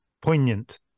poignant